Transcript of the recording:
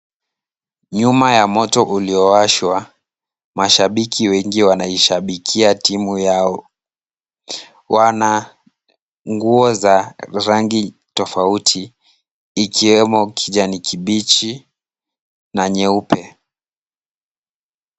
Nyuma ya moto uliowashwa, mashabiki wengi wanaishabikia timu yao. Wana nguo za rangi tofauti ikiwemo kijani kibichi na nyeupe.